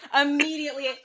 Immediately